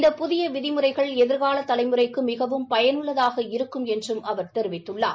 இந்த புதிய விதிமுறைகள் எதிர்கால தலைமுறைக்கு மிகவும் பயனுள்ளதாக இருக்கும் என்றும் அவர் தெரிவித்துள்ளார்